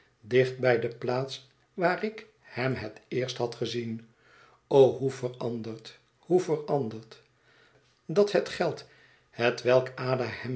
bij de plaats waar ik hem het eerst had gezien o hoe veranderd hoe veranderd dat het geld hetwelk